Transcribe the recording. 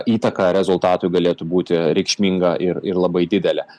įtaka rezultatui galėtui būti reikšminga ir ir labai didelė